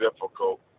difficult